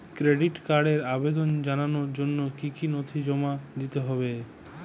Credit কার্ডের আবেদন জানানোর জন্য কী কী নথি জমা দিতে হবে?